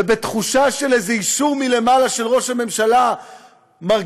ובתחושה של איזה אישור מלמעלה של ראש הממשלה מרגיש,